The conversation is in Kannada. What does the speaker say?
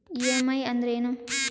ಇ.ಎಂ.ಐ ಅಂದ್ರೇನು?